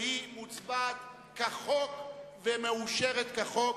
והיא מוצבעת כחוק ומאושרת כחוק.